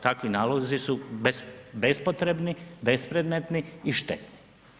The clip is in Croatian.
Takvi nalozi su bespotrebni, bespredmetni i štetni.